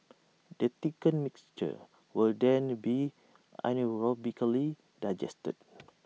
the thickened mixture will then be anaerobically digested